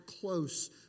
close